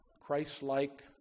Christ-like